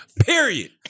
Period